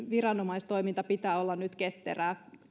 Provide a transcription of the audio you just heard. viranomaistoiminnan pitää olla nyt ketterää